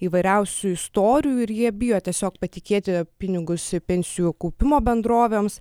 įvairiausių istorijų ir jie bijo tiesiog patikėti pinigus pensijų kaupimo bendrovėms